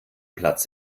platz